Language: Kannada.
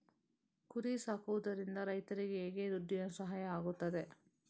ಕುರಿ ಸಾಕುವುದರಿಂದ ರೈತರಿಗೆ ಹೇಗೆ ದುಡ್ಡಿನ ಸಹಾಯ ಆಗ್ತದೆ?